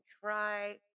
try